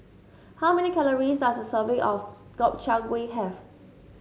how many calories does a serving of Gobchang Gui have